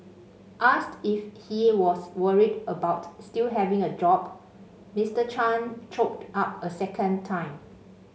asked if he was worried about still having a job Mister Chan choked up a second time